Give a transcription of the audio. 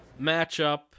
matchup